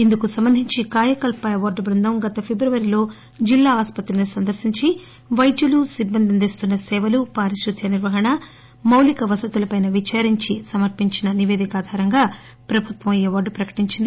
ఇందుకు సంబదించి కాయకల్ప అవార్లు బృందం గత ఫిబ్రవరిలో జిల్లా ఆసుపత్రిని సందర్పించి వైద్యులు సిబ్బంది అందిస్తున్న సేవలు పారిశుధ్య నిర్వహణ తదితర మౌళిక వసతులపై విదారించి సమర్పించిన నిపేదిక ఆధారంగ ప్రభుత్వం అవార్లు ప్రకటించింది